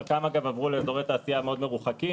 חלקם, אגב, עברו לאזורי תעשייה מאוד מרוחקים.